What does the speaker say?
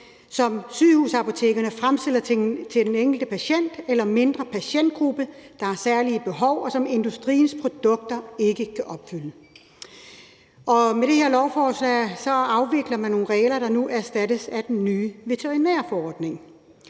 som sygehusapotekerne fremstiller til den enkelte patient eller mindre patientgrupper, der har særlige behov, og som industriens produkter ikke kan opfylde. Med det her lovforslag afvikler man nogle regler, der nu erstattes af den nye veterinærforordning.